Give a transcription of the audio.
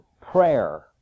prayer